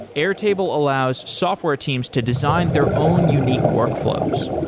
airtable allows software teams to design their own unique workflows.